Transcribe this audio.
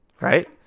Right